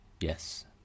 Yes